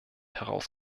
heraus